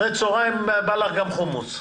אחר הצוהריים בא לך גם חומוס,